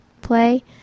play